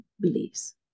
beliefs